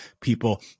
people